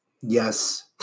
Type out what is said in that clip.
yes